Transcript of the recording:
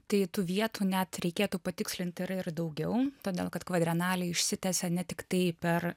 tai tų vietų net reikėtų patikslint yra ir daugiau todėl kad kvadranalei išsitesė ne tiktai per